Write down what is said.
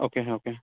okay ಹಾಂ okay